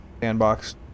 sandbox